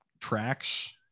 tracks